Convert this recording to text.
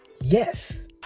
Yes